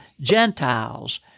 Gentiles